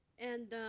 and,